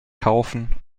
kaufen